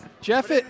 Jeff